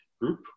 Group